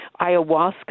ayahuasca